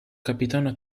capitano